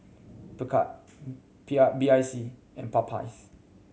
Picard P I B I C and Popeyes